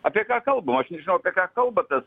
apie ką kalbam aš nežinau apie ką kalba tas